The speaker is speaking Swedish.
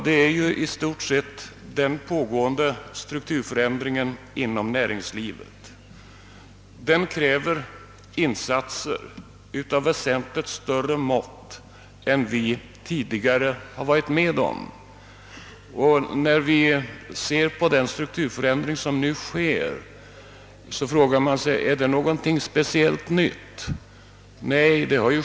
Det är i stort sett den pågående strukturförändringen inom näringslivet, som kräver insatser av väsentligt större mått än vi tidigare har varit med om. När man ser på den strukturförändring som nu pågår frågar man sig om detta är någonting speciellt nytt.